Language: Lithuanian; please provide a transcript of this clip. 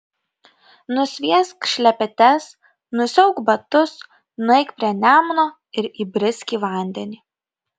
nusviesk šlepetes nusiauk batus nueik prie nemuno ir įbrisk į vandenį